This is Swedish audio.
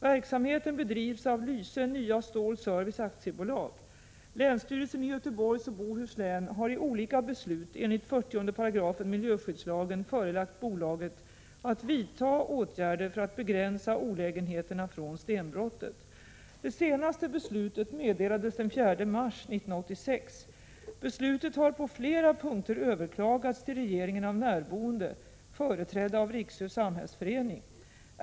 Verksamheten bedrivs av Lyse Nya Stål Service AB. Länsstyrelsen i Göteborgs och Bohus län har i olika beslut enligt 40 § miljöskyddslagen förelagt bolaget att vidta åtgärder för att begränsa olägenheterna från stenbrottet. Det senaste beslutet meddelades den 4 mars 1986. Beslutet har på flera punkter överklagats till regeringen av närboende, företrädda av Rixö samhällsförening.